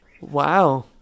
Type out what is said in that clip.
Wow